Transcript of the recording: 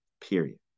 Period